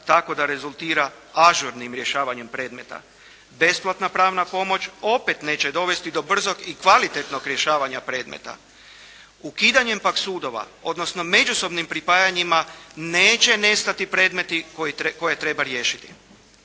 tako da rezultira ažurnim rješavanjem predmeta. Besplatna pravna pomoć opet neće dovesti do brzog i kvalitetnog rješavanja predmeta. Ukidanjem pak sudova, odnosno međusobnim pripajanjima neće nestati predmeti koje treba riješiti.